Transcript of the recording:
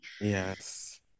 Yes